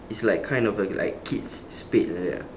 it's like kind of a like kids spade like that ah